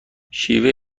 شیوه